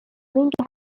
mingi